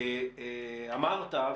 אמרת,